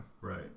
Right